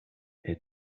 est